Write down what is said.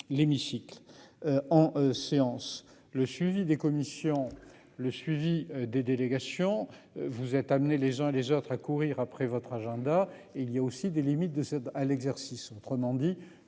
L'hémicycle. En séance, le suivi des commissions. Le suivi des délégations. Vous êtes amené les uns et les autres à courir après votre agenda, il y a aussi des limites de cette à l'exercice.